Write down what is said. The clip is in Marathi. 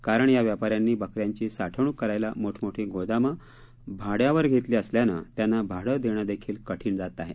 कारण या व्यापाऱ्यांनी बकऱ्यांची साठवणुक करायला मोठमोठी गोदामं भाड्यावर घेतली असल्यानं त्याना भाडं देणं देखील कठीण जात आहे